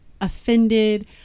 offended